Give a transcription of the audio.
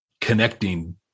connecting